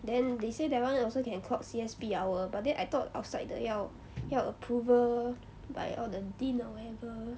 then they say that [one] also can clock C_S_P hour but then I thought outside 的要要 approval by all the dean or whatever